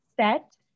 set